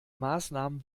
maßnahmen